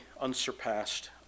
unsurpassed